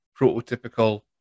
prototypical